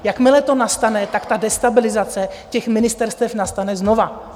Jakmile to nastane, ta destabilizace ministerstev nastane znovu.